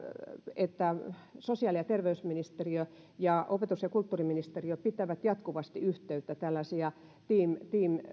että sosiaali ja terveysministeriö ja opetus ja kulttuuriministeriö pitävät jatkuvasti yhteyttä on tällaisia teams